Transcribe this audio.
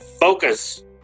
focus